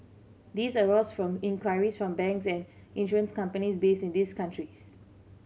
these arose from inquiries from banks and insurance companies based in these countries